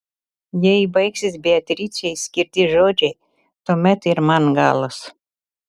jei baigsis beatričei skirti žodžiai tuomet ir man galas